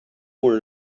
were